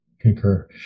concur